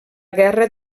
guerra